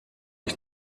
ich